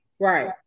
Right